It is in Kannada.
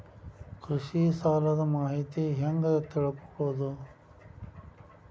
ಕೃಷಿ ಸಾಲದ ಮಾಹಿತಿ ಹೆಂಗ್ ತಿಳ್ಕೊಳ್ಳೋದು?